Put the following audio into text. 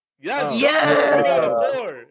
Yes